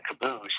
caboose